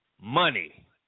money